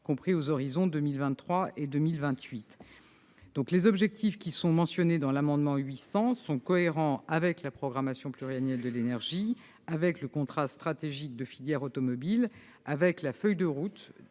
compris aux horizons de 2023 et 2028. Les objectifs mentionnés dans l'amendement n° 800 rectifié sont cohérents avec la programmation pluriannuelle de l'énergie, le contrat stratégique de la filière automobile, la feuille de route